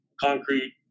concrete